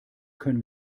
können